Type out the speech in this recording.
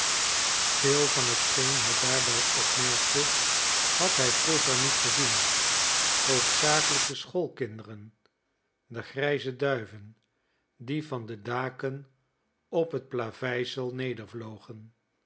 veel van hetgeen hij daarbij opmerkte had hij vroeger niet gezien hoofdzakelijk de schoolkinderen de grijze duiven die van de daken op het plaveisel nedervlogen